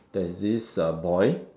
there's this uh boy